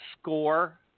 score